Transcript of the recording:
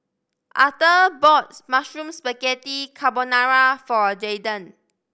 Arther bought Mushroom Spaghetti Carbonara for Jaydan